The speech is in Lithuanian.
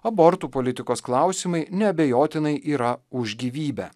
abortų politikos klausimais neabejotinai yra už gyvybę